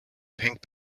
pink